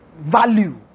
value